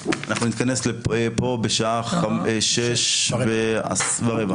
כן את סעיף 3. אני מודיע שההסתייגויות נפלו.